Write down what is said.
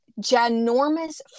ginormous